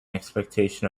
expectation